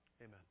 Amen